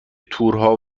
تورها